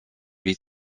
huit